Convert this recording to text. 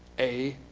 a,